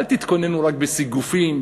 אל תתכוננו רק בסיגופים,